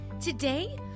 today